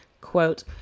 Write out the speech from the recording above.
quote